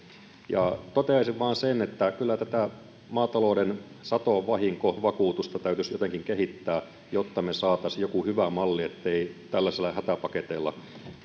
ja toteaisin vain sen että kyllä tätä maatalouden satovahinkovakuutusta täytyisi jotenkin kehittää jotta me saisimme jonkin hyvän mallin ettei tällaisilla hätäpaketeilla